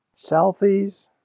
selfies